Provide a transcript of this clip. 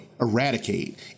eradicate